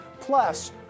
plus